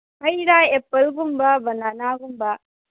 ꯍꯩꯔꯥ ꯑꯦꯄꯜꯒꯨꯝꯕ ꯕꯅꯥꯅꯥꯒꯨꯝꯕ